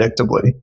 predictably